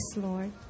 Lord